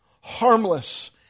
harmless